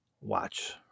watch